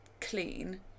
clean